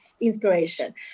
inspiration